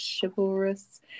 chivalrous